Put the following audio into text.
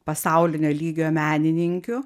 pasaulinio lygio menininkių